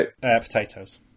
Potatoes